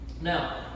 Now